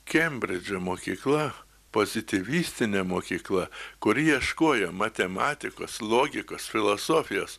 kembridžo mokykla pozityvistinė mokykla kuri ieškojo matematikos logikos filosofijos